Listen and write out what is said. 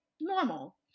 normal